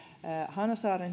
hanasaaren